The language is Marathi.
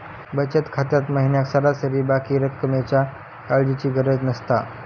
बचत खात्यात महिन्याक सरासरी बाकी रक्कमेच्या काळजीची गरज नसता